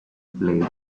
played